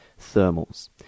Thermals